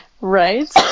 right